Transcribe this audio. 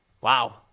Wow